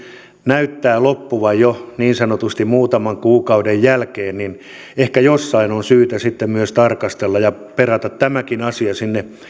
näyttää loppuvan jo niin sanotusti muutaman kuukauden jälkeen niin ehkä jossain on syytä sitten myös tarkastella ja perata tämäkin asia sinne